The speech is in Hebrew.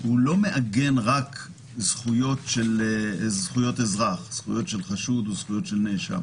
הוא לא מעגן רק זכויות אזרח של חשוד או נאשם,